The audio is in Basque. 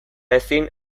ezin